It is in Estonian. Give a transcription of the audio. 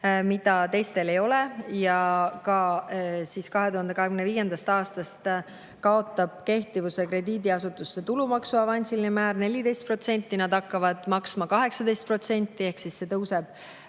mida teistel ei ole, ning 2025. aastast kaotab kehtivuse krediidiasutuste tulumaksu avansiline määr 14% ja nad hakkavad maksma 18% ehk see tõuseb